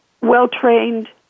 well-trained